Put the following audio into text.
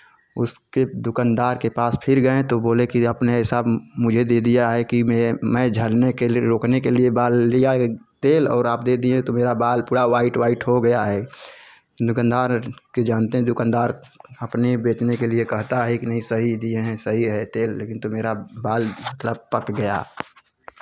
उसके दुकनदार के पास फिर गए तो बोले कि आपने ऐसा मुझे दे दिया है कि मे मैं झड़ने के रुकने के लिए बाल लिया ये तेल और आप दिए तो मेरा बाल पूरा वाइट वाइट हो गया है दुकानदार के जानते हैं दुकानदार अपने बेचने के लिए कहता है कि नहीं सही दिए हैं सही है तेल लेकिन तो मेरा बाल मतलब पक गया